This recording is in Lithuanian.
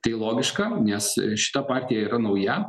tai logiška nes šita partija yra nauja